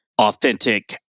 authentic